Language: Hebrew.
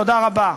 תודה רבה.